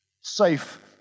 safe